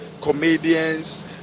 comedians